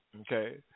okay